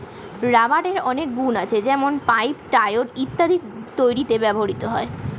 রাবারের অনেক গুন আছে যেমন পাইপ, টায়র ইত্যাদি তৈরিতে ব্যবহৃত হয়